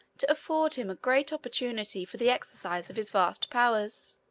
to afford him a great opportunity for the exercise of his vast powers.